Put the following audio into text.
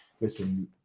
listen